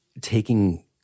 taking